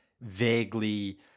vaguely